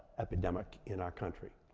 epidemic in our country.